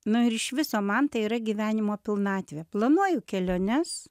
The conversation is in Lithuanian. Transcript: nu ir iš viso man tai yra gyvenimo pilnatvė planuoju keliones